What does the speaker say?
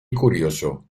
curioso